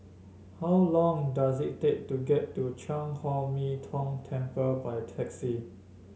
how long does it take to get to Chan Chor Min Tong Temple by taxi